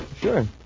Sure